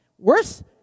Worse